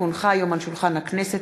כי הונחה היום על שולחן הכנסת,